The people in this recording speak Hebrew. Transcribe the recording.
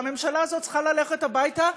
והממשלה הזאת צריכה ללכת הביתה,